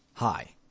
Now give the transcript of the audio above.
Hi